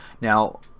Now